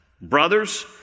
Brothers